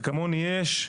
וכמוני יש,